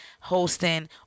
hosting